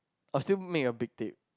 I will still make a big tape